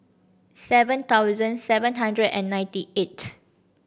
seven thousand seven hundred and ninety eighth